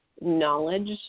knowledge